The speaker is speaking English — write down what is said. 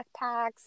backpacks